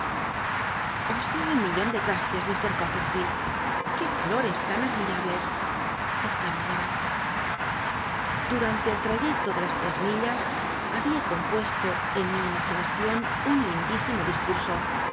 os doy un milion de gracias mt coppcrfield i qué flores tan adm itables exclamó dora durantc el traycclo de las trcs millas babia compuesto en mi imaginacion un lindísimo discurso